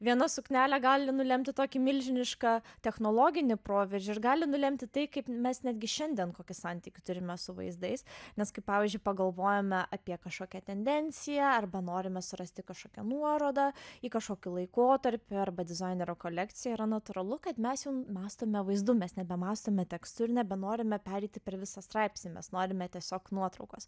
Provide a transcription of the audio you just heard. viena suknelė gali nulemti tokį milžinišką technologinį proveržį ir gali nulemti tai kaip mes netgi šiandien kokį santykį turime su vaizdais nes kaip pavyzdžiui pagalvojame apie kažkokią tendenciją arba norime surasti kažkokią nuorodą į kažkokį laikotarpį arba dizainerio kolekciją yra natūralu kad mes jau mąstome vaizdu mes nebemąstome tekstu ir nebenorime pereiti per visą straipsnį mes norime tiesiog nuotraukos